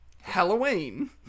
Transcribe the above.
Halloween